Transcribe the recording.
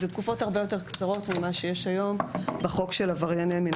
אלה תקופות הרבה יותר קצרות ממה שיש היום בחוק של עברייני מין.